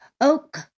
Oak